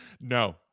No